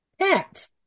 Act